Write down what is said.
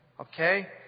Okay